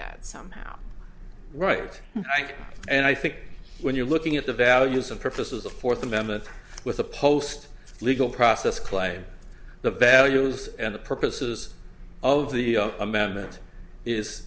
that somehow right i think and i think when you're looking at the values and purposes of fourth amendment with a post legal process claim the values and the purposes of the amendment is